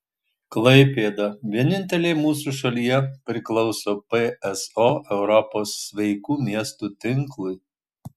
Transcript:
klaipėda vienintelė mūsų šalyje priklauso pso europos sveikų miestų tinklui